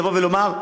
לבוא ולומר: